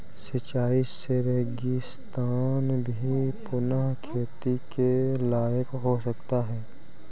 सिंचाई से रेगिस्तान भी पुनः खेती के लायक हो सकता है